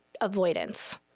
avoidance